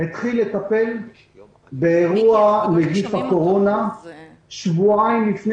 התחיל לטפל באירוע נגיף הקורונה שבועיים לפני